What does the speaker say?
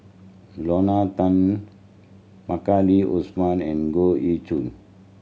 Lorna Tan Maliki Osman and Goh Ee Choo